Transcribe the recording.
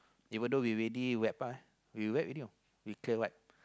even though we ready wrap up we wrap already you know we clear wrap